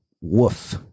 Woof